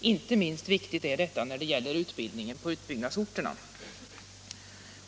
Inte minst viktigt är detta när det gäller utbildningarna på utbyggnadsorterna.